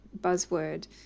buzzword